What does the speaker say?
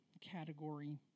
Category